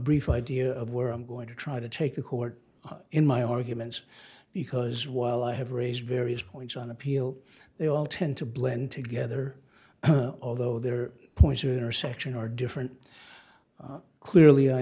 brief idea of where i'm going to try to take the court in my arguments because while i have raised various points on appeal they all tend to blend together although their points are intersection are different clearly i